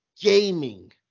gaming